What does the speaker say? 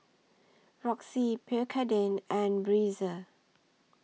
Roxy Pierre Cardin and Breezer